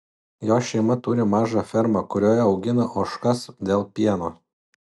jos šeima turi mažą fermą kurioje augina ožkas dėl pieno